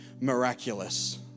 miraculous